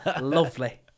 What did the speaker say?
Lovely